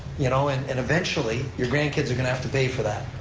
you know, and and eventually, your grandkids are going to have to pay for that,